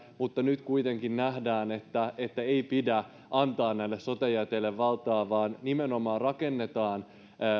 mutta nyt kuitenkin nähdään että ei pidä antaa näille sote jäteille valtaa vaan nimenomaan rakennetaan